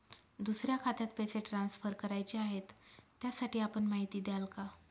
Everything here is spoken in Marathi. दुसऱ्या खात्यात पैसे ट्रान्सफर करायचे आहेत, त्यासाठी आपण माहिती द्याल का?